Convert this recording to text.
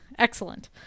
excellent